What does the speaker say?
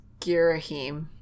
Girahim